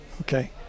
Okay